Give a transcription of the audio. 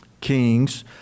kings